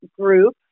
group